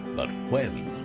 but when.